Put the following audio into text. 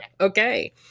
Okay